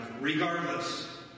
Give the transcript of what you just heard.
regardless